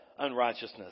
unrighteousness